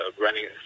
running